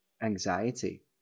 anxiety